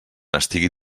estigui